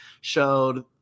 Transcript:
showed